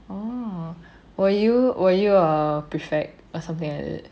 oh were you were you a prefect or something like that